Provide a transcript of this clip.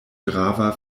grava